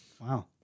Wow